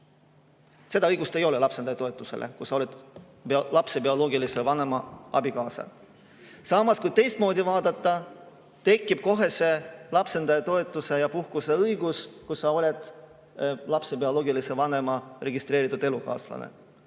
ka õigust lapsendaja toetusele, kui sa oled lapse bioloogilise vanema abikaasa. Samas, kui teistmoodi vaadata, tekib kohe lapsendaja toetuse ja puhkuse õigus, kui sa oled lapse bioloogilise vanema registreeritud elukaaslane.